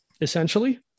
essentially